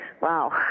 Wow